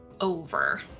over